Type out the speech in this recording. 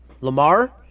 Lamar